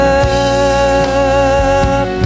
up